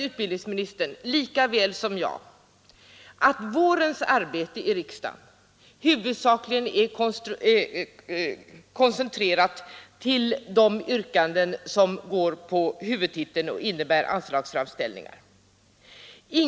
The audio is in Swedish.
Utbildningsministern vet lika väl som jag att vårens arbete i riksdagen huvudsakligen är koncentrerat till yrkanden i samband med behandlingen av anslagsframställningar i huvudtiteln.